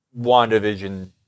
WandaVision